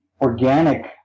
organic